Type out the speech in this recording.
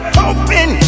hoping